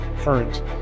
current